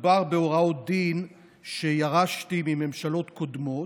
מדובר בהוראות דין שירשתי מממשלות קודמות.